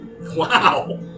Wow